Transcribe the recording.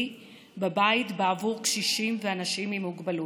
בבית בעבור קשישים ואנשים עם מוגבלות.